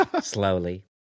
Slowly